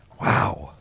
wow